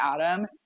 Adam